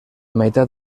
meitat